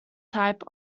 type